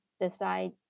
decide